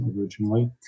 originally